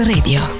Radio